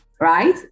right